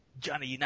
Johnny